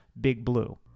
bigblue